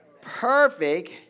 perfect